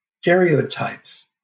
stereotypes